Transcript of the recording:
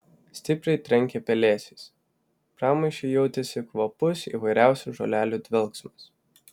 stipriai trenkė pelėsiais pramaišiui jautėsi kvapus įvairiausių žolelių dvelksmas